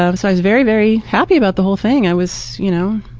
ah um so very very happy about the whole thing. i was you know,